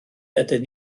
ydyn